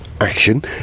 action